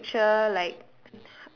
like the picture like